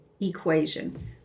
equation